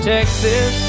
Texas